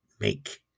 make